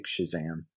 Shazam